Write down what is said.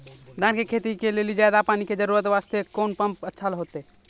धान के खेती के लेली ज्यादा पानी के जरूरत वास्ते कोंन पम्प अच्छा होइते?